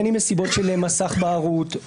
בין מסיבות של מסך בערות,